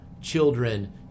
children